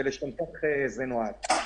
ולשם כך זה נועד.